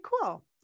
cool